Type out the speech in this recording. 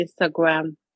Instagram